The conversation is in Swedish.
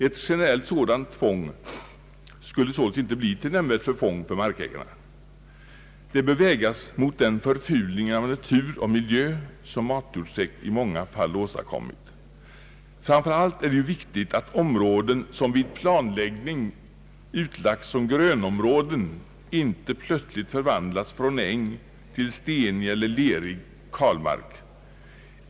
Ett generellt sådant tvång skulle således inte bli till nämnvärt förfång för markägarna. Detta bör vägas mot den förfulning av natur och miljö som matjordstäkt i många fall åstadkommit. Framför allt är det ju viktigt att områden som vid planläggning utlagts till grönområden inte plötsligt förvandlas från äng till stenig eller lerig kalmark.